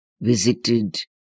visited